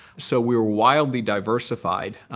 so we were wildly diversified.